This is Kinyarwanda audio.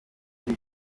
iryo